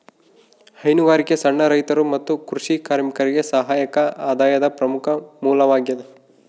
ಹೈನುಗಾರಿಕೆ ಸಣ್ಣ ರೈತರು ಮತ್ತು ಕೃಷಿ ಕಾರ್ಮಿಕರಿಗೆ ಸಹಾಯಕ ಆದಾಯದ ಪ್ರಮುಖ ಮೂಲವಾಗ್ಯದ